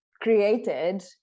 created